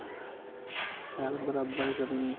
शैल बराबर करियै